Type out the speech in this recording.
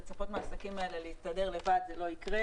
לצפות מהעסקים האלה להסתדר לבד זה לא יקרה